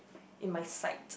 in my side